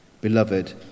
Beloved